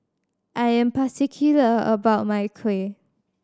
I am particular about my Kuih